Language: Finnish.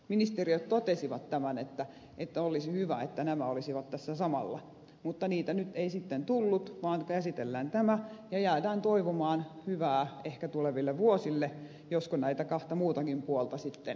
ministeriöt totesivat että olisi hyvä että nämä olisivat tässä samalla mutta niitä nyt ei sitten tullut vaan käsitellään tämä ja jäädään toivomaan hyvää ehkä tuleville vuosille josko näitä kahta muutakin puolta sitten vahvistettaisiin